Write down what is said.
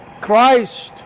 Christ